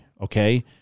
Okay